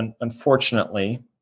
unfortunately